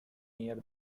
near